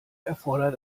erfordert